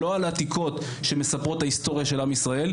לא על העתיקות שמספרות את ההיסטוריה של עם ישראל,